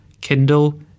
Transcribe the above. Kindle